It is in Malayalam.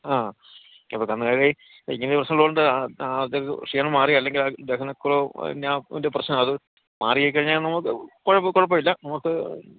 ആ ഇപ്പം കന്നുകാലി ഇങ്ങനൊരു പ്രശ്നമുള്ളത് കൊണ്ട് അത് ക്ഷീണം മാറി അല്ലെങ്കിൽ ദഹന കുറവിൻ്റെ പ്രശ്നം അത് മാറി കഴിഞ്ഞാൽ നമുക്ക് കുഴപ്പമില്ല നമുക്ക്